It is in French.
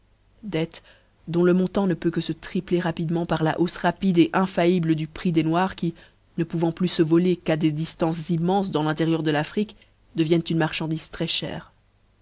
dettes dont le montant ne peut que fê tripler rapidement par la haufle rapide infaillible du prix des noirs qui ne pouvant plustfe voler qu'à des diftances immenses dans finterieur de l'afrique deviennent une marchandise